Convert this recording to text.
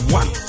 one